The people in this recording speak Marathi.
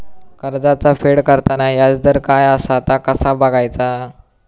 कर्जाचा फेड करताना याजदर काय असा ता कसा बगायचा?